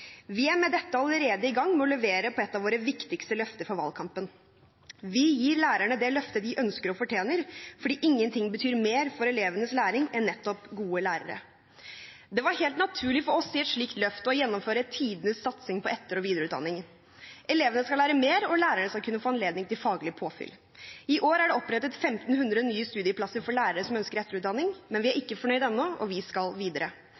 Vi er med dette allerede i gang med å levere på et av våre viktigste løfter fra valgkampen. Vi gir lærerne det løftet de ønsker og fortjener fordi ingenting betyr mer for elevenes læring enn nettopp gode lærere. Det var helt naturlig for oss i et slikt løft å gjennomføre tidenes satsing på etter- og videreutdanning. Elevene skal lære mer, og lærerne skal kunne få anledning til faglig påfyll. I år er det opprettet 1 500 nye studieplasser for lærere som ønsker etterutdanning, men vi er ikke fornøyde ennå, vi skal videre.